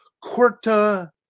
corta